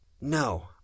No